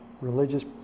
religious